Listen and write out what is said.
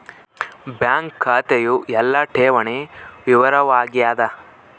bank ಖಾತೆಯು ಎಲ್ಲ ಠೇವಣಿ ವಿವರ ವಾಗ್ಯಾದ